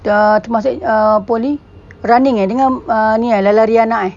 err temasek err poly running eh dengan ni eh lari-lari anak eh